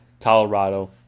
Colorado